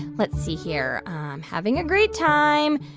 let's see here having a great time,